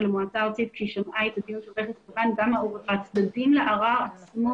המועצה הארצית שמעה את הצדדים לערר עצמו.